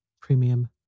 Premium